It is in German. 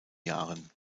jahren